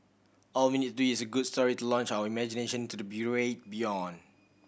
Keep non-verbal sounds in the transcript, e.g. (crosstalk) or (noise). all we need is a good story to launch our imagination to the (unintelligible) beyond